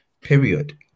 period